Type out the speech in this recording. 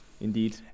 Indeed